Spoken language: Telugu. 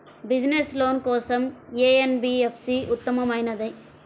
బిజినెస్స్ లోన్ కోసం ఏ ఎన్.బీ.ఎఫ్.సి ఉత్తమమైనది?